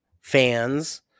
fans